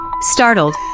Startled